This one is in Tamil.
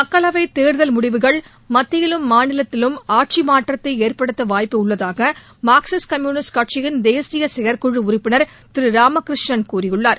மக்களவை தேர்தல் முடிவுகள் மத்தியிலும் மாநிலத்திலும் ஆட்சி மாற்றத்தை ஏற்படுத்த வாய்ப்பு உள்ளதாக மார்க்கிஸ்ட் கம்யூனிஸ்ட் கட்சியின் தேசிய செயற்குழு உறுப்பினர் திரு ராமகிருஷ்ணன் கூறியுள்ளார்